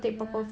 yeah